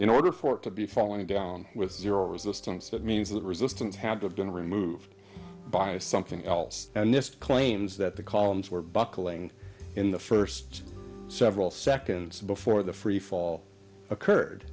in order for it to be falling down with zero resistance that means that resistance had to have been removed by something else and this claims that the arms were buckling in the first several seconds before the freefall occurred